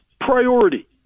priority